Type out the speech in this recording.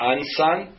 Ansan